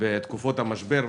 בתקופות משבר.